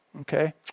okay